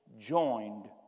joined